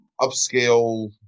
upscale